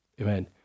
Amen